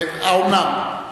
האומנם?